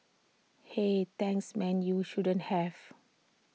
hey thanks man you shouldn't have